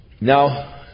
Now